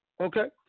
Okay